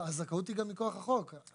אבל הזכאות היא גם מכוח החוק.